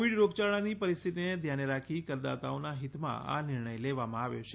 Covid રોગયાળાની પરિસ્થિતિને ધ્યાને રાખી કરદાતાઓના હિતમાં આ નિર્ણય લેવામાં આવ્યો છે